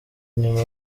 nyuma